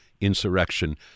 insurrection